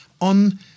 on